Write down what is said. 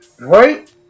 Right